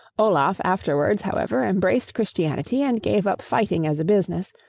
olaf afterwards however, embraced christianity and gave up fighting as a business,